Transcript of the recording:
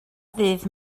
ddydd